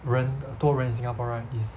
人多人 in singapore right is